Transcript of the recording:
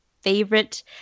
favorite